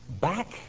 back